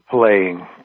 playing